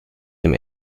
dem